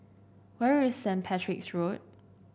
where is Saint Patrick's Road